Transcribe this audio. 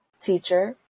teacher